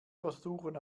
versuchen